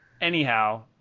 anyhow